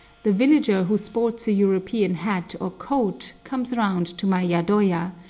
the villager who sports a european hat or coat comes around to my yadoya,